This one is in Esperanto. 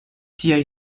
tiaj